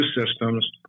systems